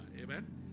Amen